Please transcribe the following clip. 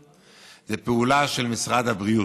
זו פעולה של משרד הבריאות.